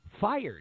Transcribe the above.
fired